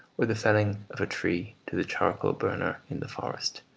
or the felling of a tree to the charcoal burner in the forest,